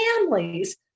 families